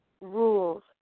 rules